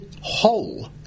whole